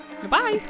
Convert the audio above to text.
Goodbye